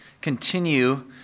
continue